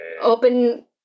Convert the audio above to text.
open